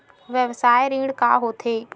व्यवसाय ऋण का होथे?